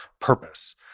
purpose